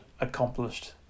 accomplished